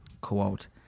Quote